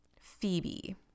Phoebe